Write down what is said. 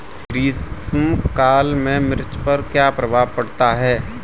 ग्रीष्म काल में मिर्च पर क्या प्रभाव पड़ता है?